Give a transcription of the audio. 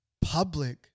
public